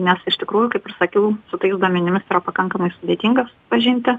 nes iš tikrųjų kaip ir sakiau su tais duomenimis yra pakankamai sudėtinga susipažinti